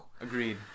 Agreed